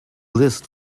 list